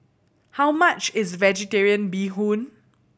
how much is Vegetarian Bee Hoon